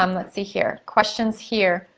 um let's see here, questions here.